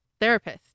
therapist